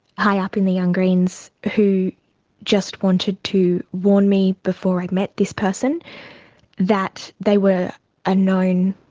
high up in the young greens who just wanted to warn me before i'd met this person that they were a known